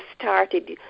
started